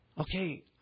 okay